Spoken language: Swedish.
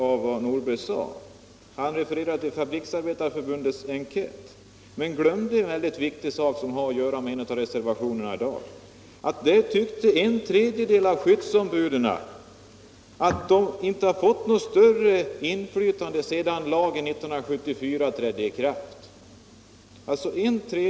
Herr Nordberg hänvisade till Fabriksarbetareförbundets enkät men glömde en viktig sak som har att göra med en av reservationerna. Två tredjedelar av skyddsombuden tvckte att de inte hade fått något större inflytande sedan lagen 1974 trädde i kraft.